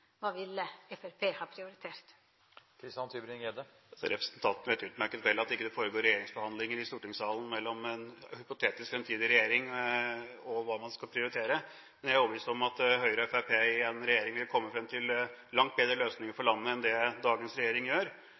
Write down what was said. hva man skal prioritere. Men jeg er overbevist om at Høyre og Fremskrittspartiet i en regjering vil komme frem til langt bedre løsninger for landet enn det dagens regjering gjør.